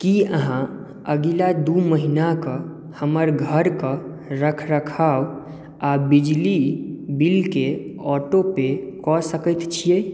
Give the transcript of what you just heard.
की अहाँ अगिला दू महिनाके हमर घर के रखरखाव आ बिजली बिलके ऑटो पे कऽ सकैत छियै